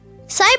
Cyber